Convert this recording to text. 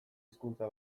hizkuntza